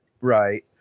Right